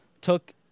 took